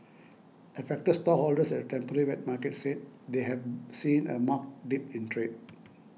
affected stallholders at the temporary wet market said they have seen a marked dip in trade